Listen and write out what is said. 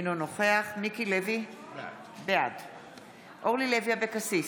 אינו נוכח מיקי לוי, בעד אורלי לוי אבקסיס,